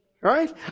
Right